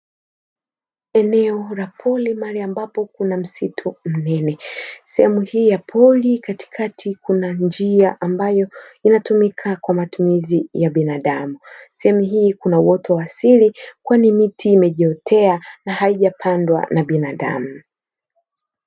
Eneo la pori mahali ambapo kuna msitu mnene. Sehemu hii ya pori katikati kuna njia, ambayo inatumika kwa matumizi ya binadamu. Sehemu hii kuna uoto wa asili, kwani miti imejiotea na haijapandwa na binadamu.